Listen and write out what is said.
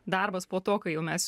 darbas po to kai jau mes